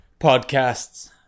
podcasts